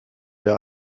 der